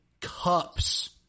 cups